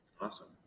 awesome